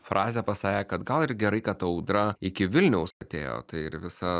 frazę pasakė kad gal ir gerai kad audra iki vilniaus atėjo tai ir visa